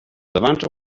levanter